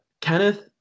kenneth